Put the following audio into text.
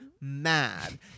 mad